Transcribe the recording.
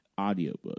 audiobook